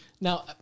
now